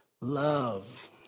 love